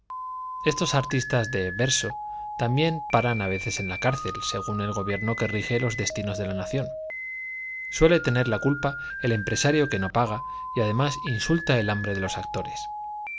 estos artistas de verso también paran a veces en la cárcel según el gobierno que rige los destinos de la nación suele tener la culpa el empresario que no paga y además insulta el hambre de los actores